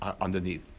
underneath